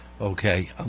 Okay